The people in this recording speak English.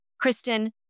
Kristen